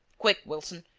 quick, wilson,